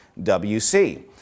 WC